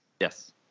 Yes